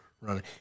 running